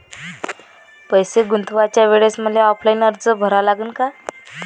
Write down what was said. पैसे गुंतवाच्या वेळेसं मले ऑफलाईन अर्ज भरा लागन का?